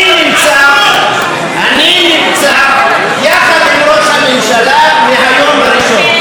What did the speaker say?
אני נמצא יחד עם ראש הממשלה מהיום הראשון,